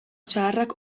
zaharrak